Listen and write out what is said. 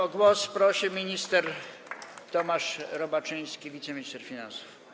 O głos prosi minister Tomasz Robaczyński, wiceminister finansów.